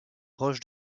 roches